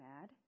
mad